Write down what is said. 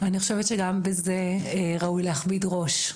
אני חושבת שגם בזה ראוי להכביד ראש.